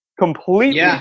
completely